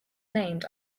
named